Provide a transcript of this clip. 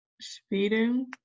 Speeding